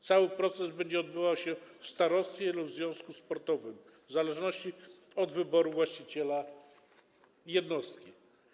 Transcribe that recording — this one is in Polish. Cały proces będzie odbywał się w starostwie lub związku sportowym, w zależności od wyboru właściciela jednostki.